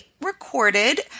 recorded